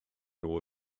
nhw